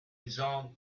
john